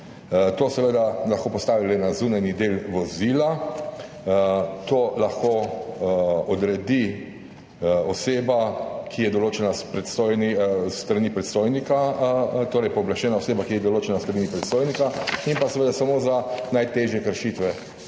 To seveda lahko postavi le na zunanji del vozila, to lahko odredi oseba, ki je določena s strani predstojnika, torej pooblaščena oseba, ki je določena s strani predstojnika, in pa seveda samo za najtežje kršitve